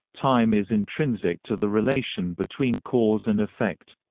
time is intrinsic to the relation between cause and effect.